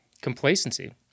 complacency